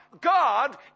God